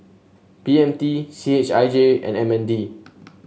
B M T C H I J and M N D